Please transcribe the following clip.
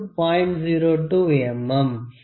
02 mm